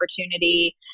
opportunity